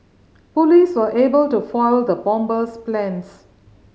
police were able to foil the bomber's plans